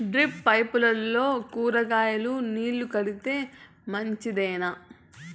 Drip పైపుల్లో కూరగాయలు నీళ్లు కడితే మంచిదేనా?